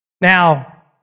Now